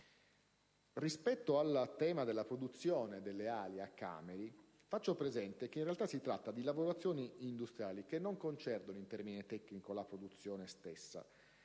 Rispetto al tema della produzione delle ali a Cameri, faccio presente che in realtà si tratta di lavorazioni industriali che non concernono in termine tecnico la produzione stessa: